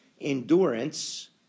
endurance